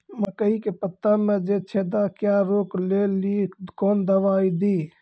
मकई के पता मे जे छेदा क्या रोक ले ली कौन दवाई दी?